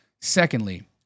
Secondly